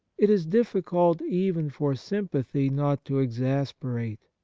it is difficult even for sympathy not to exasperate.